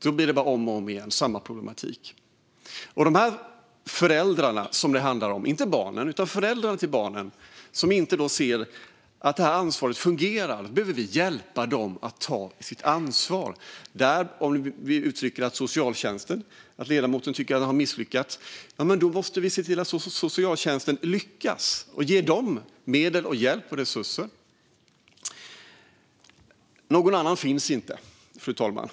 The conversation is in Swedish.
Då blir det bara samma problematik om och om igen. Vi behöver hjälpa föräldrarna till de här barnen att ta sitt ansvar. Om ledamoten tycker att socialtjänsten har misslyckats måste vi se till att socialtjänsten lyckas och ge dem medel, hjälp och resurser. Någon annan finns inte, fru talman.